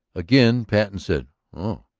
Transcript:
again patten said oh,